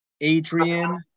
Adrian